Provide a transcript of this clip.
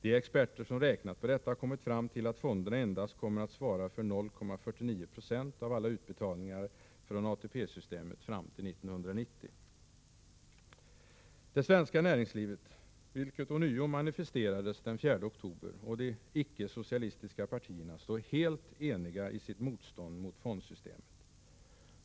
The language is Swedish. De experter som har räknat på detta har kommit fram till att fonderna kommer att svara för endast 0,49 90 av alla utbetalningar från ATP-systemet fram till 1990. Det svenska näringslivet och de icke-socialistiska partierna står — vilket ånyo manifesterades den 4 oktober — helt eniga i sitt motstånd mot fondsystemet.